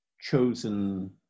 chosen